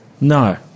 No